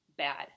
bad